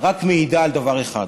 רק מעידה על דבר אחד: